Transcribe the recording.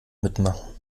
mitmachen